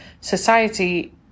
society